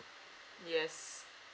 yes